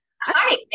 hi